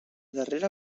darrera